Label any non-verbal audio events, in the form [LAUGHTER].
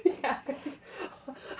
yeah [LAUGHS]